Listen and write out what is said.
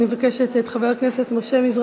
אני מבקשת את חבר הכנסת משה מזרחי,